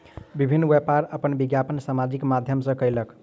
विभिन्न व्यापार अपन विज्ञापन सामाजिक माध्यम सॅ कयलक